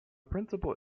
principle